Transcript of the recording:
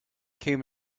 came